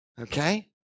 okay